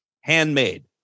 handmade